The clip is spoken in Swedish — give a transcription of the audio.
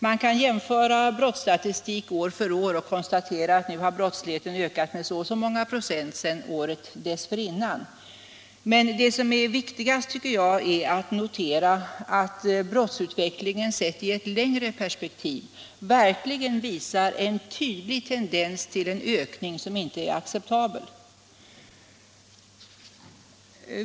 Man kan jämföra brottsstatistiken år för år och konstatera att brottsligheten har ökat med så och så många procent sedan året dessförinnan, men vad jag tycker är viktigast att notera är att brottsutvecklingen sedd i ett längre perspektiv visar en tydlig tendens till en ökning som inte är acceptabel.